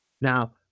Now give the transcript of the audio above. Now